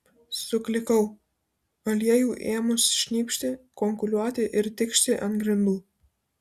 suklikau aliejui ėmus šnypšti kunkuliuoti ir tikšti ant grindų